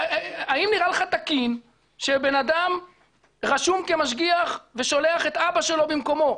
האם נראה לך תקין שבן אדם רשום כמשגיח ושולח את אבא שלו במקומו?